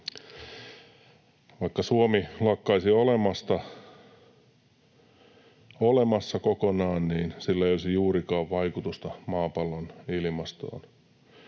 Vaikka Suomi lakkaisi olemasta kokonaan, niin sillä ei olisi juurikaan vaikutusta maapallon ilmastoon.